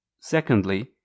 Secondly